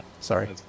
Sorry